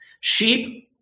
Sheep